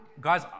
Guys